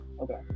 okay